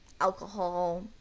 alcohol